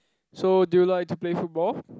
so do you like to play football